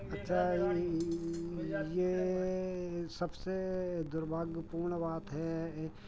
अच्छा ई ये सबसे दुर्भाग्यपूर्ण बात है